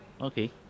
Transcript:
Okay